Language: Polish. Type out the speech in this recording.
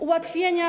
Ułatwienia.